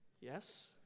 Yes